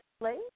late